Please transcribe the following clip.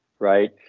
Right